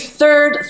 third